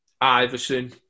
Iverson